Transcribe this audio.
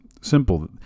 simple